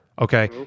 Okay